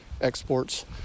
exports